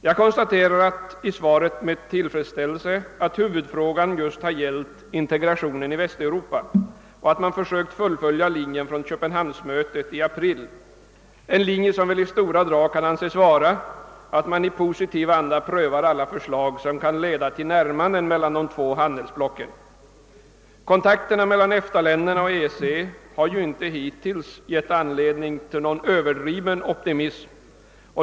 Jag konstaterar med tillfredsställelse på grundval av svaret, att huvudfrågan i London just gällde integrationen i Västeuropa och att man sökte fullfölja linjen från Köpenhamnsmötet i april. Den linjen kan väl i stora drag anses vara att man i positiv anda skall pröva alla förslag som kan leda till närmanden mellan de två handelsblocken. Kontakterna mellan EFTA-länderna och EEC har ju inte hittills gett anledning till någon överdriven optimism.